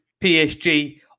PSG